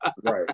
Right